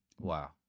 wow